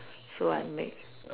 so I make